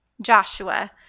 Joshua